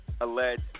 alleged